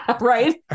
right